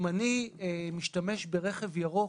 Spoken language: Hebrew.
אם אני משתמש ברכב ירוק,